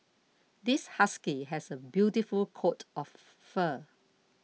this husky has a beautiful coat of fur